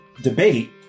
debate